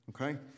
okay